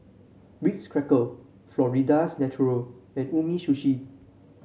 Ritz Cracker Florida's Natural and Umisushi